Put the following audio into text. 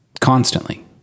constantly